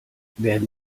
werden